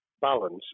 balance